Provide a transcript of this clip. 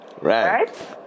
Right